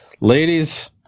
Ladies